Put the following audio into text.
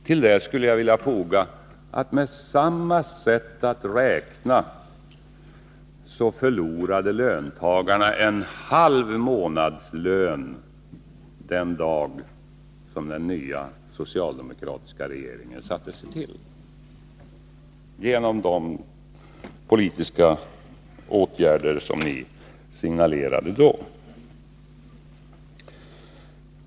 Till det skulle jag vilja foga, att enligt samma sätt att räkna förlorade löntagarna en halv månadslön den dag som den socialdemokratiska regeringen satte sig till — det gjorde de genom de politiska åtgärder som ni signalerade då.